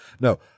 No